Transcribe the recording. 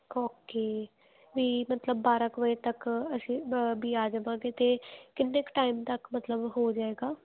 okay ਵੀ ਮਤਲਬ ਬਾਰ੍ਹਾਂ ਕੁ ਵਜੇ ਤੱਕ ਅਸੀਂ ਵ ਵੀ ਆ ਜਾਵਾਂਗੇ ਅਤੇ ਕਿੰਨੇ ਕੁ ਟਾਈਮ ਤੱਕ ਮਤਲਬ ਹੋ ਜਾਏਗਾ